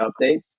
updates